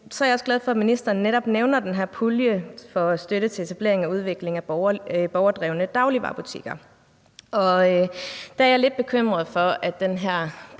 er jeg også glad for, at ministeren netop nævner den her pulje til støtte til etablering og udvikling af borgerdrevne dagligvarebutikker. Der er jeg lidt bekymret for, at den her